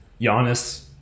Giannis